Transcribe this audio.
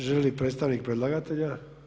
Želi li predstavnik predlagatelja?